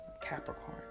capricorn